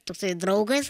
toksai draugas